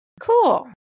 cool